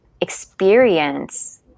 experience